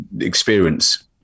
experience